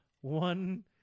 One